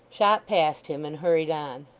shot past him, and hurried on.